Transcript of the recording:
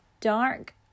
dark